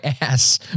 ass